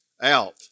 out